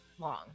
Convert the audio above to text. Long